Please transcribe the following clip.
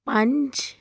ਪੰਜ